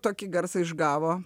tokį garsą išgavo